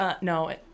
No